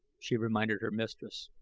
she reminded her mistress.